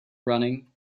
running